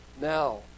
now